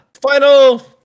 Final